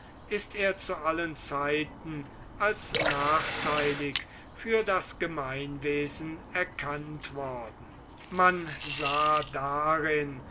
ist er zu allen zeiten als nachteilig für das gemeinwesen erkannt worden man sah darin